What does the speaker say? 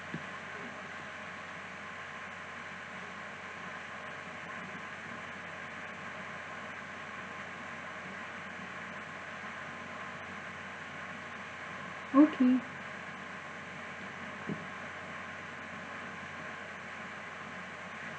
okay